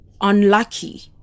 unlucky